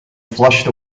flushed